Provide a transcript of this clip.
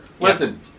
Listen